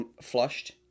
flushed